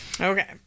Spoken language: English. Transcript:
Okay